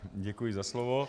Děkuji za slovo.